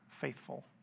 Faithful